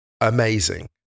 Amazing